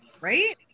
Right